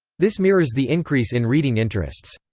this mirrors the increase in reading interests.